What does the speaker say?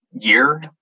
year